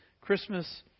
Christmas